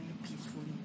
peacefully